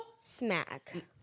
smack